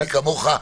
מי כמוך,